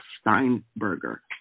Steinberger